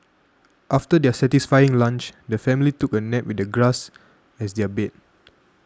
after their satisfying lunch the family took a nap with the grass as their bed